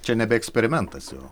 čia nebe eksperimentas jau